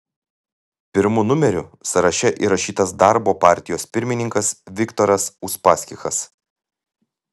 pirmu numeriu sąraše įrašytas darbo partijos pirmininkas viktoras uspaskichas